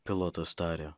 pilotas tarė